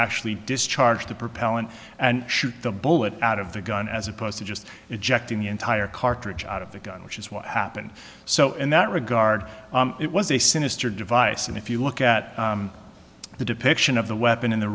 actually discharge the propellant and shoot the bullet out of the gun as opposed to just the entire cartridge out of the gun which is what happened so in that regard it was a sinister device and if you look at the depiction of the weapon in the